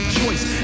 choice